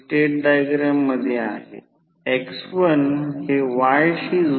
सर्व तयार झालेले फ्लक्स ट्रान्सफॉर्मरच्या कोरपर्यंत मर्यादित आहेत